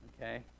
okay